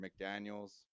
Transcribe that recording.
McDaniels